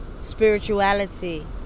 spirituality